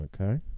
okay